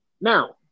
Now